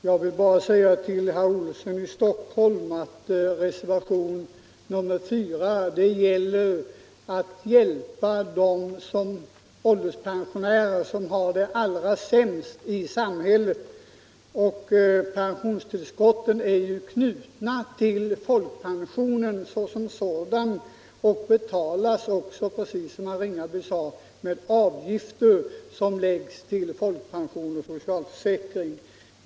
Herr talman! Jag vill bara till herr Olsson i Stockholm säga att re-' servation nr 4 upptar ett förslag för att hjälpa dem som har det allra sämst i samhället. Pensionstillskotten är ju knutna till folkpensionen såsom sådan och betalas också, som herr Ringaby sade, med avgifter som läggs till folkpension och socialförsäkring.